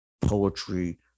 poetry